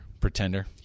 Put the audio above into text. pretender